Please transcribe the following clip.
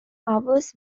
powers